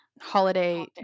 holiday